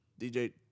DJ